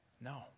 No